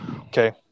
Okay